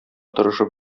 тырышып